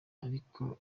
ariko